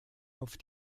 auf